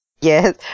Yes